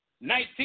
Nineteen